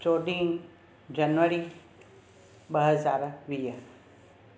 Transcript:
चोॾहीं जनवरी ॿ हज़ार वीह